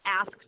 asked